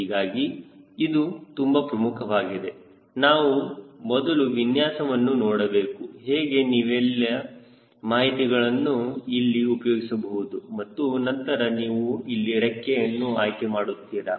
ಹೀಗಾಗಿ ಇದು ತುಂಬಾ ಪ್ರಮುಖವಾಗಿದೆ ನಾವು ಮೊದಲು ವಿನ್ಯಾಸವನ್ನು ನೋಡಬೇಕು ಹೇಗೆ ನೀವೆಲ್ಲ ಮಾಹಿತಿಗಳನ್ನು ಇಲ್ಲಿ ಉಪಯೋಗಿಸಬಹುದು ಮತ್ತು ನಂತರ ನೀವು ಇಲ್ಲಿ ರೆಕ್ಕೆಯನ್ನು ಆಯ್ಕೆ ಮಾಡುತ್ತೀರಾ